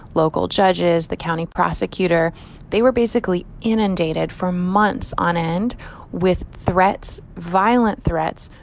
local judges, the county prosecutor they were basically inundated for months on end with threats, violent threats,